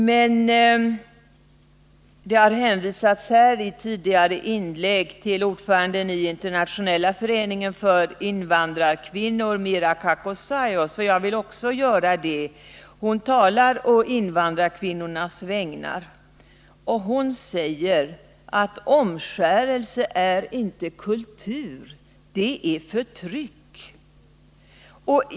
I tidigare inlägg har det hänvisats till ordföranden i Internationella föreningen för invandrarkvinnor, Mira Kakossaios, och jag vill också göra det. Hon talar å invandrarkvinnornas vägnar när hon säger: Omskärelse är inte kultur —det är förtryck.